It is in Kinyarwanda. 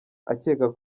akeka